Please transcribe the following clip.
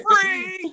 free